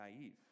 naive